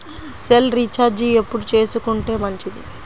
Cell recharge ఎప్పుడు చేసుకొంటే మంచిది?